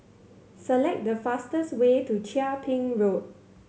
select the fastest way to Chia Ping Road